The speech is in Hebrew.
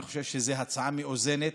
אני חושב שזאת הצעה מאוזנת,